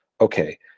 Okay